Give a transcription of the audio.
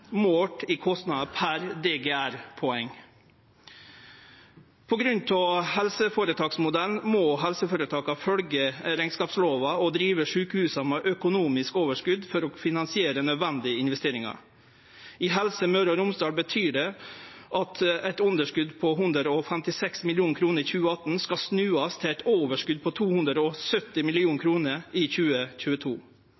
målt i kostnader per DRG-poeng. På grunn av helseføretaksmodellen må helseføretaka følgje rekneskapslova og drive sjukehusa med økonomisk overskot for å finansiere nødvendige investeringar. I Helse Møre og Romsdal betyr det at eit underskot på 156 mill. kr i 2018 skal snuast til eit overskot på 270